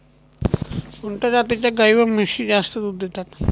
कोणत्या जातीच्या गाई व म्हशी जास्त दूध देतात?